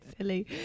silly